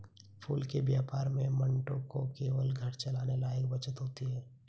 फल के व्यापार में मंटू को केवल घर चलाने लायक बचत होती है